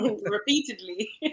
Repeatedly